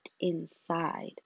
inside